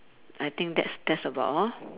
I think that's that's about all